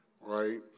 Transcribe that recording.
Right